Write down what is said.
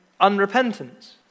unrepentance